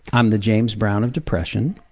i'm the james brown of depression.